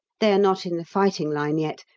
they are not in the fighting line yet,